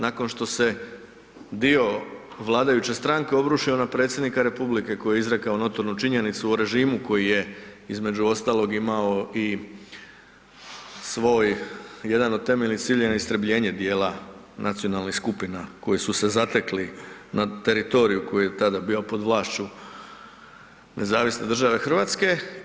Nakon što se dio vladajuće stranke obrušio na predsjednika republike koji je izrekao notornu činjenicu o režimu koji je, između ostalog, imao i svoj jedan od temeljnih ciljeva istrebljenje dijela nacionalnih skupina koji su se zatekli na teritoriju koji je tada bio pod vlašću NDH.